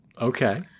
okay